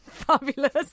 fabulous